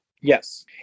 Yes